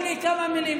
אז תרשו לי כמה מילים.